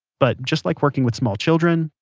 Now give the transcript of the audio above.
but, just like working with small children,